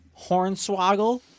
Hornswoggle